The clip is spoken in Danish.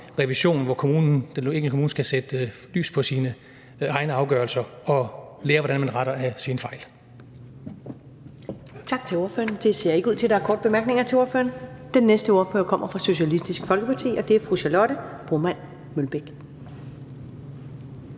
revision, hvor den enkelte kommune skal sætte lys på sine egne afgørelser og lære, hvordan man retter sine fejl.